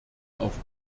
auf